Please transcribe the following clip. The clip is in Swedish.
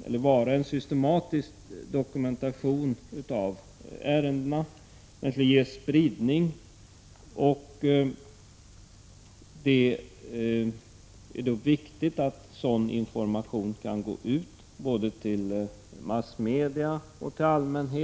vara en systematisk dokumentation av ärendena. Den skulle ges spridning, för det är viktigt att sådan information går ut både till massmedia och till allmänheten.